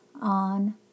on